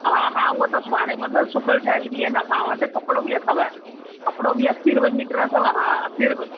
हा हा उहो त सुबाइणो पवंदो सुबियलु ठहियलु बि आहिनि असां वटि कपिड़ो बि अथव कपिड़ो बि असी रुपए मीटर अथव हा असी रुपए